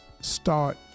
start